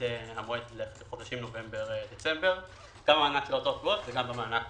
המועד לחודשים נובמבר-דצמבר - גם המענק- -- וגם המענק